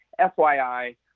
FYI